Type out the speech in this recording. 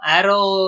Arrow